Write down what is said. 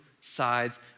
sides